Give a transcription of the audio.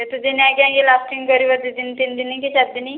କେତେଦିନ ଆଜ୍ଞା ଏ ଲାଷ୍ଟିଙ୍ଗ କରିବା ଦୁଇ ଦିନ କି ତିନି ଦିନ କି ଚାରି ଦିନ